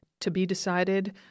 to-be-decided